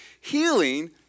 healing